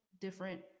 different